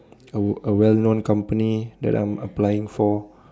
a a well known company that I'm applying for